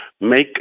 make